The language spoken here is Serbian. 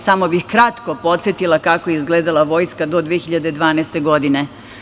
Samo bih kratko podsetila kako je izgledala vojska do 2012. godine.